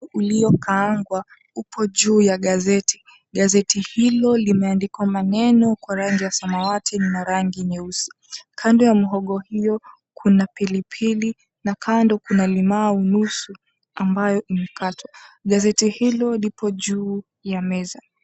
Uliokaangwa upo juu ya gazeti, gazeti hilo limeandikwa maneno kwa rangi ya samawati na rangi nyeusi. Kando ya mhogo hiyo kuna pilipili na kando kuna limau nusu ambayo imekatwa. Gazeti hilo lipo juu ya meza